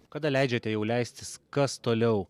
kada leidžiate jau leistis kas toliau